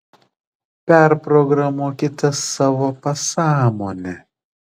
perprogramuokite savo pasąmonę